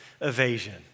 evasion